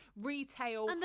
retail